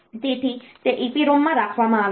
તેથી તે EPROM માં રાખવામાં આવે છે